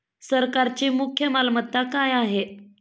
सरकारची मुख्य मालमत्ता काय आहे?